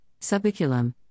Subiculum